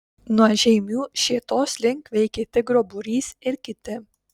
nuo žeimių šėtos link veikė tigro būrys ir kiti